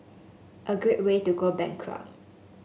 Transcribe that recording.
a great way to go bankrupt